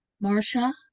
Marcia